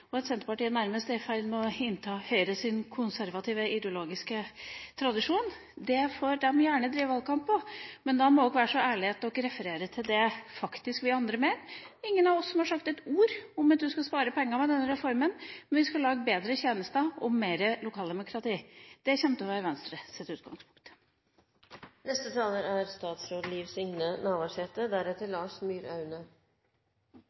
og at Senterpartiet nærmest er i ferd med å innta Høyres konservative ideologiske tradisjon. Det får de gjerne drive valgkamp på, men de må være så ærlige at de refererer til det vi andre faktisk mener. Det er ingen av oss som har sagt et ord om at vi skal spare penger gjennom denne reformen, men vi skal lage bedre tjenester og mer lokaldemokrati. Det kommer til å være Venstres utgangspunkt.